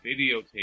videotape